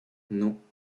non